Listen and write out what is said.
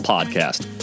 Podcast